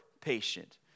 patient